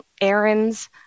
errands